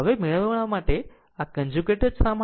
હવે આ મેળવવા માટે આ કન્જુગેટ જ શા માટે